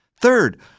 Third